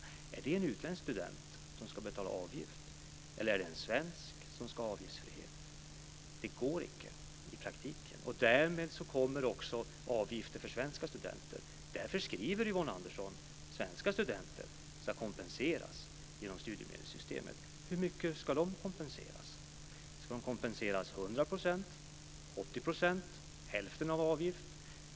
Är det då fråga om en utländsk student, som ska betala avgift, eller om en svensk, som ska ha avgiftsfrihet? Det går icke i praktiken. Därmed kommer också avgifter för svenska studenter. Därför skriver Yvonne Andersson att svenska studenter ska kompenseras genom studiemedelssystemet. Hur mycket ska de kompenseras? Ska de kompenseras för 100 %, 80 % eller hälften av avgiften?